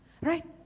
right